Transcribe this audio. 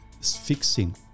fixing